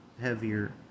heavier